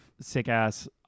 sick-ass